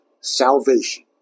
salvation